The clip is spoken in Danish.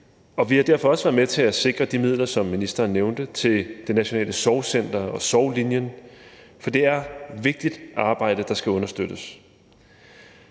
vi har derfor også været med til at sikre de midler, som ministeren nævnte, til Det Nationale Sorgcenter og Sorglinjen, for det er vigtigt arbejde, der skal understøttes.